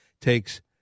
takes